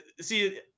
see